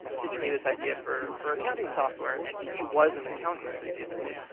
pitched me this idea for for accounting software, and he was an accountant previously,